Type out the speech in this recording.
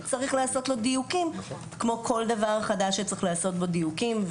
צריך לעשות לו דיוקים כמו כל דבר חדש שצריך לעשות לו דיוקים,